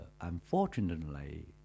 unfortunately